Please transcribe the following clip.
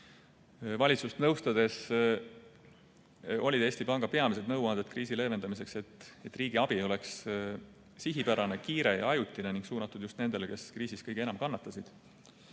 Valitsust nõustades olid Eesti Panga peamised nõuanded kriisi leevendamiseks, et riigiabi oleks sihipärane, kiire ja ajutine ning suunatud just nendele, kes kriisis kõige enam kannatasid.